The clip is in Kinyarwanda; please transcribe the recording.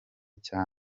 cya